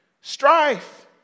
strife